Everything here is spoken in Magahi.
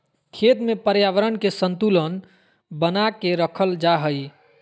खेत में पर्यावरण के संतुलन बना के रखल जा हइ